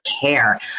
care